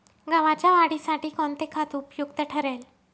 गव्हाच्या वाढीसाठी कोणते खत उपयुक्त ठरेल?